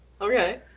okay